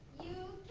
you